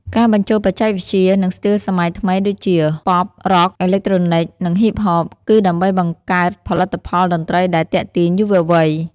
ការបញ្ចូលបច្ចេកវិទ្យា និងស្ទីលសម័យថ្មី ដូចជា ប៉ុប រ៉ុក អេឡិកត្រូនិក និងហ៊ីបហប កឺដើម្បីបង្កើតផលិតផលតន្ត្រីដែលទាក់ទាញយុវវ័យ។